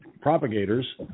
propagators